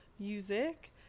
music